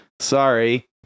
Sorry